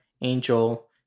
Angel